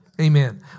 Amen